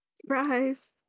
Surprise